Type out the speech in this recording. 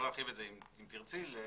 אם תרצי, אפשר להרחיב את זה.